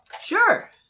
Sure